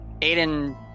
Aiden